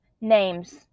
names